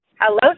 Hello